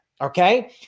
okay